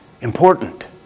important